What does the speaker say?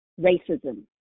racism